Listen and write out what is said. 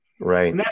Right